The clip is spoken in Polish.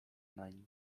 nań